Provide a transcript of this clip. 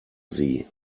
sie